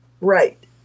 Right